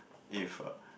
if uh